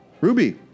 Ruby